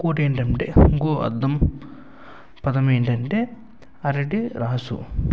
ఇంకోటేంటంటే ఇంకో అద్ధం పదమేంటంటే అరటి రాసు